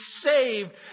saved